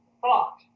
thought